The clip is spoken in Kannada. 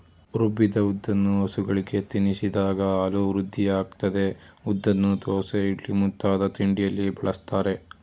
ರುಬ್ಬಿದ ಉದ್ದನ್ನು ಹಸುಗಳಿಗೆ ತಿನ್ನಿಸಿದಾಗ ಹಾಲು ವೃದ್ಧಿಯಾಗ್ತದೆ ಉದ್ದನ್ನು ದೋಸೆ ಇಡ್ಲಿ ಮುಂತಾದ ತಿಂಡಿಯಲ್ಲಿ ಬಳಸ್ತಾರೆ